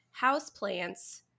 houseplants